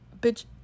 bitch